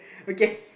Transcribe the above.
okay